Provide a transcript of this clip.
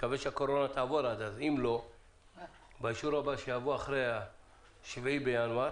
לדיון הבא שיהיה אחרי ה-7 לינואר